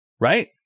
right